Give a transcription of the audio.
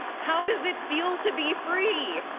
how does it feel to be free?